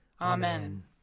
Amen